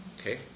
okay